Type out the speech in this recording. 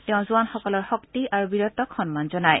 তেওঁ জোৱানসকলৰ শক্তি আৰু বীৰত্বক সন্মান জনায়